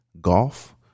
golf